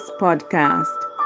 podcast